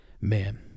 Man